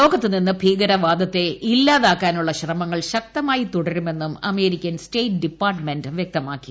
ലോക്കത്ത് നിന്ന് ഭീകരവാദത്തെ ഇല്ലാതാക്കാനുള്ള ശ്രമങ്ങൾ ശക്തമായി തുടർുമെന്നും അമേരിക്കൻ സ്റ്റേറ്റ് ഡിപ്പാർട്ട്മെന്റ് വ്യക്തമാക്കി